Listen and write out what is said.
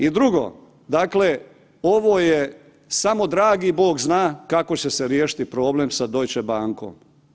I drugo, dakle ovo je, damo dragi Bog zna kako će se riješiti problem sa Deutsche bakom.